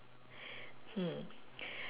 hmm